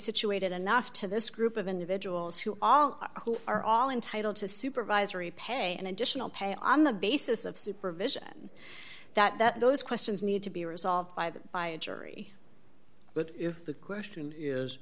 situated enough to this group of individuals who all who are all entitled to supervisory pay and additional pay on the basis of supervision that those questions need to be resolved by the by a jury but if the question is